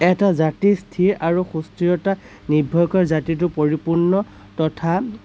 এটা জাতিৰ স্থিৰ আৰু সুস্থিৰতা নিৰ্ভৰ কৰে জাতিটো পৰিপূৰ্ণ তথা